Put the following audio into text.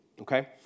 okay